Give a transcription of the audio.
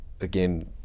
again